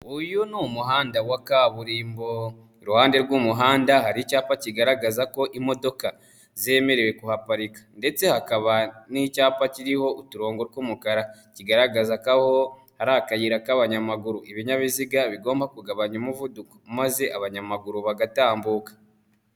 Uyu ni umuhanda wa kaburimbo iruhande rw'umuhanda hari icyapa kigaragaza ko imodoka zemerewe kuhaparika ndetse hakaba n'icyapa kiriho uturongo tw'umukara. Kigaragaza ko hari akayira k'abanyamaguru ibinyabiziga bigomba kugabanya umuvuduko maze abanyamaguru bagatambuka.